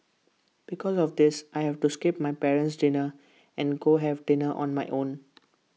because of this I have to skip my parent's dinner and go have dinner on my own